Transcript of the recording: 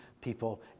people